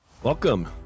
Welcome